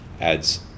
adds